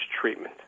treatment